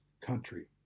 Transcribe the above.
country